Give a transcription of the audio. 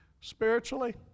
spiritually